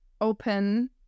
open